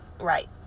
right